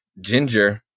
ginger